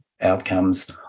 outcomes